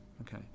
Okay